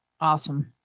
Awesome